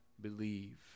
believe